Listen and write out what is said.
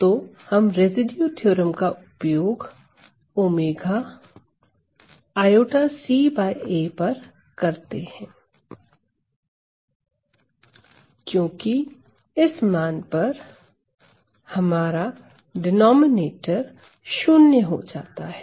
तो हम residue theorem का उपयोग ⍵ ica पर करते हैं क्योंकि इस मान पर हमारा डिनॉमिनेटर शून्य हो जाता है